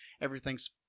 everything's